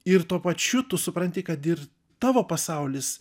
ir tuo pačiu tu supranti kad ir tavo pasaulis